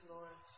Lord